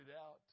out